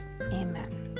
amen